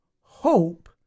hope